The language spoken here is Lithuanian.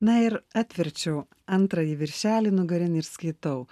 na ir atverčiau antrąjį viršelį nugarinį ir skaitau